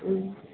ம்